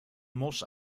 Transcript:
mos